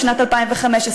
בשנת 2015?